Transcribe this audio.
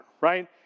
right